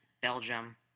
Belgium